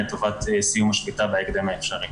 לטובת סיום השביתה בהקדם האפשרי.